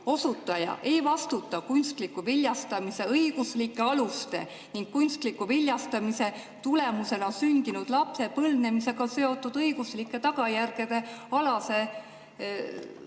osutaja ei vastuta kunstliku viljastamise õiguslike aluste ning kunstliku viljastamise tulemusena sündinud lapse põlvnemisega seotud õiguslike tagajärgede alase